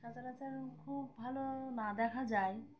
বাচ্চা কাচ্চা খুব ভালো না দেখা যায়